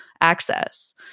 access